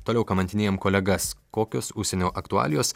toliau kamantinėjam kolegas kokios užsienio aktualijos